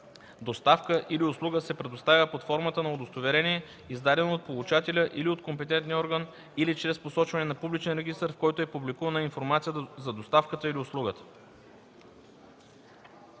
доставка или услуга се предоставя под формата на удостоверение, издадено от получателя или от компетентен орган, или чрез посочване на публичен регистър, в който е публикувана информация за доставката или услугата.“